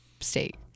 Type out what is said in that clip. State